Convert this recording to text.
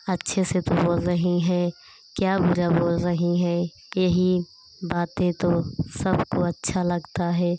अच्छे से बोल रही हैं क्या बुरा बोल रही हैं यही बातें तो सबको अच्छा लगता है